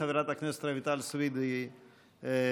חברת הכנסת רויטל סויד היא הראשונה,